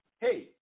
hey